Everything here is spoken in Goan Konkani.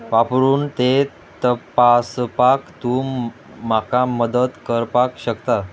वापरून तें तपासपाक तूं म्हाका मदत करपाक शकता